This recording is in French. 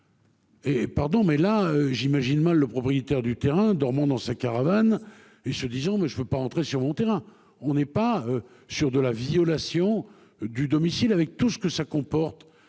Et pardon mais là j'imagine mal le propriétaire du terrain dans mon, dans sa caravane et se disant mais je ne veux pas rentrer sur mon terrain. On n'est pas sûr de la violation du domicile avec tout ce que ça comporte.